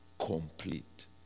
complete